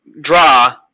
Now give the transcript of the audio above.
draw